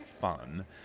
fun